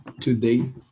today